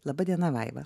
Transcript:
laba diena vaiva